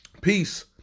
peace